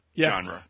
genre